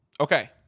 Okay